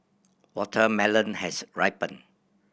watermelon has ripened